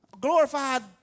glorified